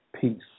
Peace